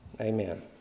Amen